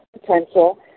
Potential